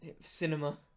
cinema